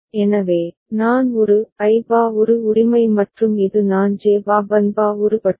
எனவே நான் ஒரு I bar ஒரு உரிமை மற்றும் இது நான் J bar Bn bar ஒரு பட்டி